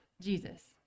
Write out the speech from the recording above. Jesus